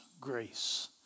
grace